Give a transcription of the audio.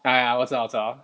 ah ya 我知道我知道